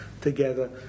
together